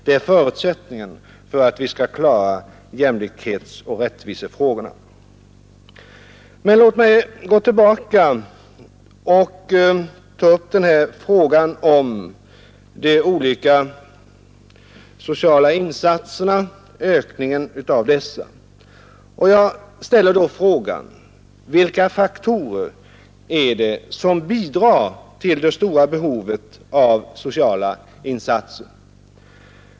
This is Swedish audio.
Det är förutsättningen för att vi skall klara jämlikhetsoch rättvisefrågorna. Men låt mig gå tillbaka till spörsmålet om de olika sociala insatserna och ökningen av dessa. Jag ställer frågan: Vilka faktorer är det som bidrar till det stora behovet av sociala insatser?